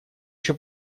еще